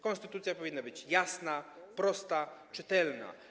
Konstytucja powinna być jasna, prosta, czytelna.